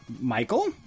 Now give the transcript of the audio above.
Michael